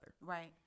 right